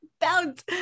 bounce